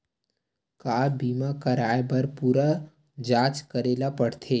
का बीमा कराए बर पूरा जांच करेला पड़थे?